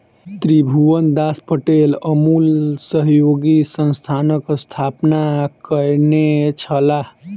त्रिभुवनदास पटेल अमूल सहयोगी संस्थानक स्थापना कयने छलाह